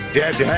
dead